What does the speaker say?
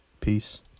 Peace